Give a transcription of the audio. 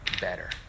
better